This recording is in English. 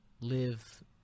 live